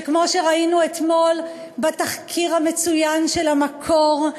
שכמו שראינו אתמול בתחקיר המצוין של "המקור",